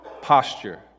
Posture